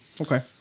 okay